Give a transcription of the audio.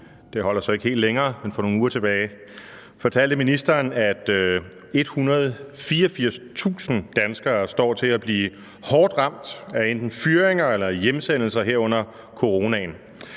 det holder så ikke helt længere – men for nogle uger tilbage fortalte ministeren, at 184.000 danskere står til at blive hårdt ramt af enten fyringer eller hjemsendelser her under coronaen,